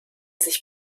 sich